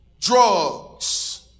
drugs